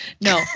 No